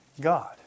God